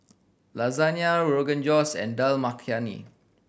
Lasagne Rogan Josh and Dal Makhani